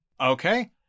Okay